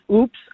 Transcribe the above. Oops